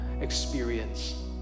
experience